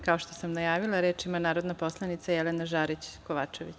Kao što sam najavila, reč ima narodna poslanica Jelena Žarić Kovačević.